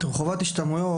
לגבי חובת השתלמויות